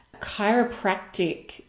chiropractic